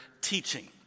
teaching